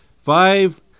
five